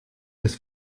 des